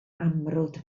amrwd